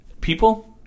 people